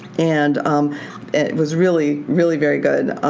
and it was really, really very good.